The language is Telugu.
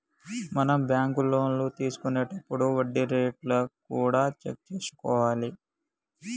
మనం బ్యాంకు లోన్లు తీసుకొనేతప్పుడు వడ్డీ రేట్లు కూడా చెక్ చేసుకోవాలి